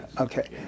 Okay